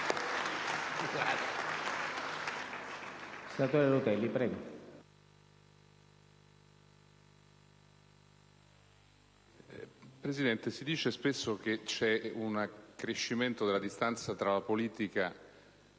Presidente, si dice spesso che c'è un accrescimento della distanza tra la politica, le